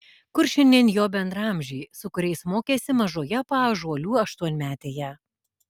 kur šiandien jo bendraamžiai su kuriais mokėsi mažoje paąžuolių aštuonmetėje